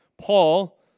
Paul